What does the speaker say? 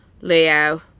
Leo